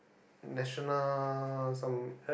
national some